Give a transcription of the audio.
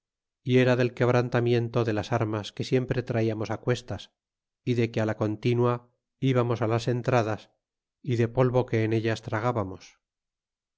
y era del quebrantamiento de las armas que siempre traiamos cuestas é de que la continua íbamos las entradas y de polvo que en ellas tragábamos